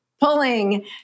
pulling